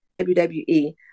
WWE